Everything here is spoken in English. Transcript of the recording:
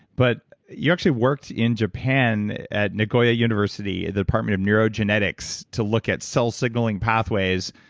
but you actually worked in japan at nagoya university, department of neurogenetics to look at cell signaling pathways,